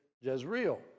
Jezreel